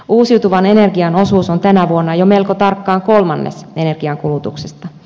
uusiutuvan energian osuus on tänä vuonna jo melko tarkkaan kolmannes energiankulutuksesta